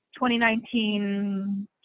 2019